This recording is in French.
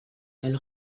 elle